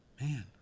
Man